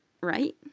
right